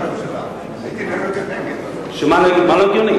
לא הגיוני, מה לא הגיוני?